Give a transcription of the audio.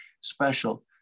special